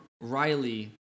Riley